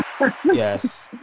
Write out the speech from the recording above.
Yes